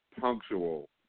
punctual